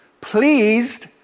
pleased